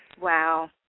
Wow